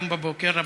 היום בבוקר,